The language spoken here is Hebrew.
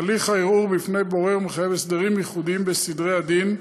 הליך הערעור בפני בורר מחייב הסדרים ייחודיים בסדרי הדין,